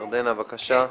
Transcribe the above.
ירדנה, בבקשה.